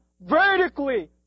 vertically